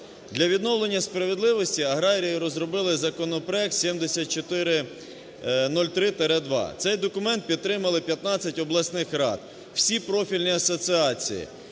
Для відновлення справедливості аграрії розробили законопроект 7403-2. Цей документ підтримали 15 обласних рад, всі профільні асоціації,